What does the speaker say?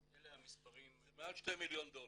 אבל אלה המספרים --- זה מעל שני מיליון דולר.